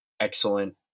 excellent